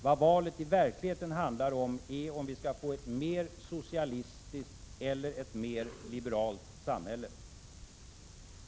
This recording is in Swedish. Vad valet i verkligheten handlar om är huruvida vi skall få ett mer socialistiskt eller ett mer liberalt samhälle.